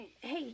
Hey